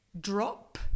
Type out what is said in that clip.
drop